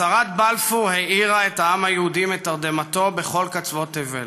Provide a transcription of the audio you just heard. הצהרת בלפור העירה את העם היהודי מתרדמתו בכל קצוות תבל.